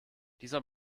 dieser